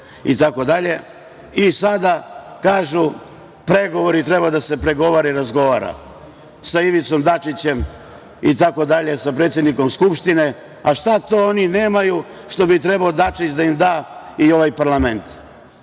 Sada kažu - pregovori, treba da se pregovara i razgovara sa Ivicom Dačićem, sa predsednikom Skupštine. Šta to oni nemaju što bi trebao Dačić da im da i ovaj parlament,